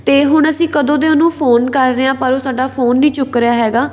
ਅਤੇ ਹੁਣ ਅਸੀਂ ਕਦੋਂ ਦੇ ਉਹਨੂੰ ਫ਼ੋਨ ਕਰ ਰਹੇ ਹਾਂ ਪਰ ਉਹ ਸਾਡਾ ਫ਼ੋਨ ਨਹੀਂ ਚੁੱਕ ਰਿਹਾ ਹੈਗਾ